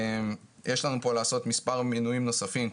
יש לנו פה לעשות מספר מינויים נוספים,